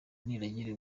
niragire